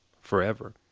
forever